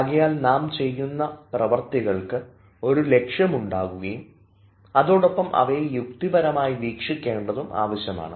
ആകയാൽ നാം ചെയ്യുന്ന പ്രവർത്തികൾക്ക് ഒരു ലക്ഷ്യം ഉണ്ടാവുകയും അതോടൊപ്പം അവയെ യുക്തിപരമായി വീക്ഷിക്കേണ്ടതും ആവശ്യമാണ്